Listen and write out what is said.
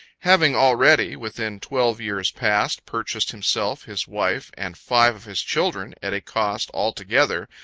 having already, within twelve years past, purchased himself, his wife, and five of his children, at a cost, altogether,